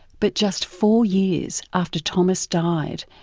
but just four years after thomas died,